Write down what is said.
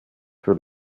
für